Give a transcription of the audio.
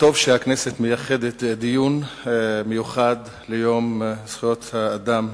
טוב שהכנסת מייחדת דיון מיוחד ליום זכויות האדם,